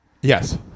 Yes